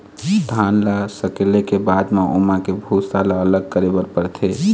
धान ल सकेले के बाद म ओमा के भूसा ल अलग करे बर परथे